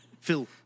Phil